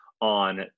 on